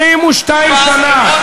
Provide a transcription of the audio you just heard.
22 שנה,